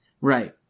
Right